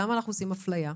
למה אנחנו עושים אפליה?